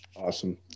Awesome